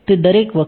વિદ્યાર્થી 0 થી t